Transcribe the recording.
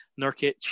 Nurkic